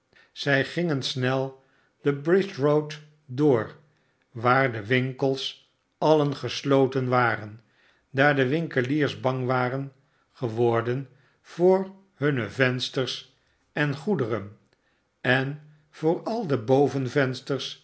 zij gingen snel de bridge road door waar de winkels alien gesloten waren daar de winkeliers bang waren geworden voor hunne vensters en goederen en voor al de